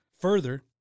Further